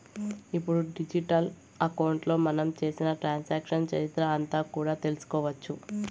ఇప్పుడు డిజిటల్ అకౌంట్లో మనం చేసిన ట్రాన్సాక్షన్స్ చరిత్ర అంతా కూడా తెలుసుకోవచ్చు